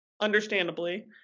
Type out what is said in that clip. understandably